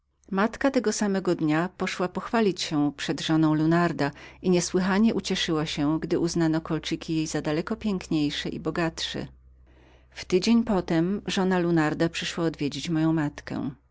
matka moja tego samego dnia poszła pochwalić się przed żoną lunarda i niesłychanie ucieszyła się gdy znaleziono kólczyki jej daleko piękniejsze i bogatsze w tydzień potem żona lunarda przyszła odwiedzić moją matkę